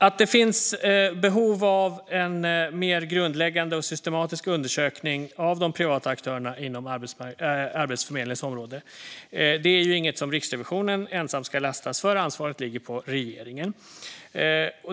Att det finns behov av en mer grundläggande och systematisk undersökning av de privata aktörerna inom Arbetsförmedlingens område är inget som Riksrevisionen ensamt ska lastas för. Ansvaret ligger på regeringen.